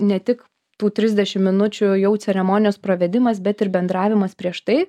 ne tik tų trisdešimt minučių jau ceremonijos pravedimas bet ir bendravimas prieš tai